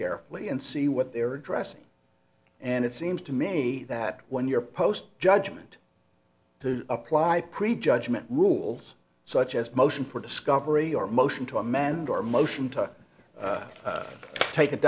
carefully and see what they're dressing and it seems to me that when you're post judgment to apply prejudgment rules such as motion for discovery or motion to amend or motion to take a